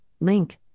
link